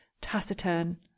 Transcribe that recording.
Taciturn